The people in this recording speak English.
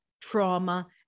trauma